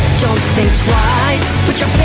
think twice put your